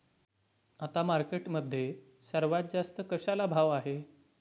आता मार्केटमध्ये सर्वात जास्त कशाला भाव आहे?